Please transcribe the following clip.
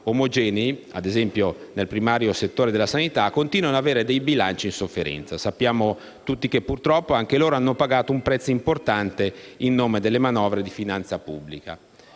come - ad esempio - nel primario settore della sanità, continuano ad avere dei bilanci in sofferenza. Sappiamo tutti che, purtroppo, anche loro hanno pagato un prezzo importante in nome delle manovre di finanza pubblica.